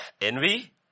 envy